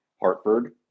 hartford